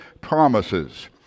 promises